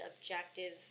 objective